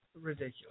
Ridiculous